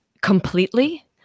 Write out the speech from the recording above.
completely